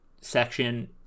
section